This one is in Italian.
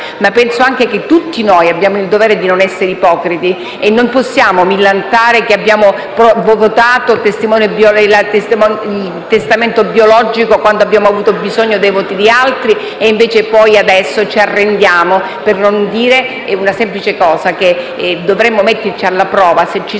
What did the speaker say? numero legale, ma tutti noi abbiamo il dovere di non essere ipocriti e non possiamo millantare di aver votato il testamento biologico quando abbiamo avuto bisogno dei voti di altri, e invece adesso ci arrendiamo per non dire una semplice cosa, e cioè che dovremmo metterci alla prova se ci